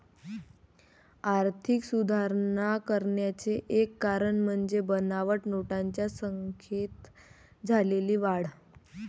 आर्थिक सुधारणा करण्याचे एक कारण म्हणजे बनावट नोटांच्या संख्येत झालेली वाढ